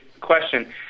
question